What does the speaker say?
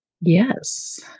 Yes